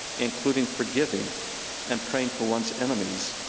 including forgiving and praying for one's enemies,